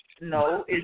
No